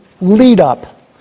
lead-up